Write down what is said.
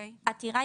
26כזעתירה,